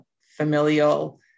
familial